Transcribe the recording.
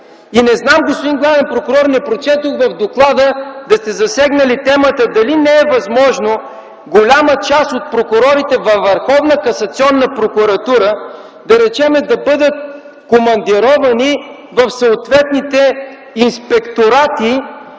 Не знам, господин главен прокурор, не прочетох в доклада да сте засегнали темата дали не е възможно голяма част от прокурорите във Върховна касационна прокуратура, да речем, да бъдат командировани в съответните инспекторати,